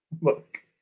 look